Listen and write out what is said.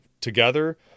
together